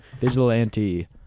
Vigilante